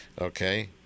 okay